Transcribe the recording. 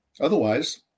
Otherwise